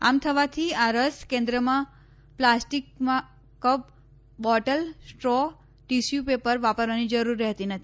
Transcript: આમ થવાથી આ રસ કેન્ક્રમાં plastic cup bottle straw tissue paper વાપરવાની જરૂર રહેતી નથી